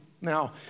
Now